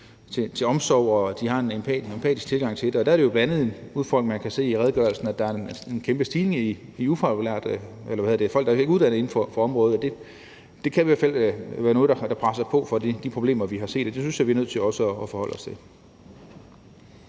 til omsorg, og at de har en empatisk tilgang til det. Der er det jo bl.a. en udfordring, kan man se i redegørelsen, at der er en kæmpe stigning i antallet af folk, der ikke er uddannet inden for området, og det kan i hvert fald være noget, der presser på for de problemer, vi har set. Og det synes jeg vi er nødt til også at forholde os til.